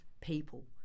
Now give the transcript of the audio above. people